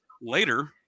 later